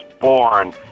born